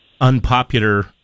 unpopular